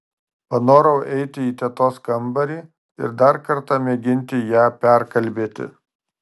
panorau eiti į tetos kambarį ir dar kartą mėginti ją perkalbėti